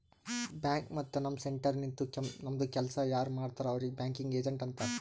bank ಮತ್ತ ನಮ್ centre ನಿಂತು ನಮ್ದು ಕೆಲ್ಸಾ ಯಾರ್ ಮಾಡ್ತಾರ್ ಅವ್ರಿಗ್ ಬ್ಯಾಂಕಿಂಗ್ ಏಜೆಂಟ್ ಅಂತಾರ್